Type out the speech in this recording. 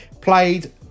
played